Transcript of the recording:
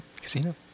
Casino